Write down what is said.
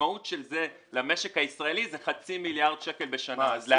המשמעות של זה למשק הישראלי זה חצי מיליארד שקל בשנה.